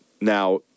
now